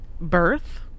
birth